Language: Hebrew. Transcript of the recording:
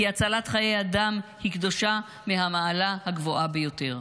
כי הצלת חיי אדם היא קדושה מהמעלה הגבוהה ביותר.